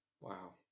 Wow